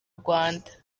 rwanda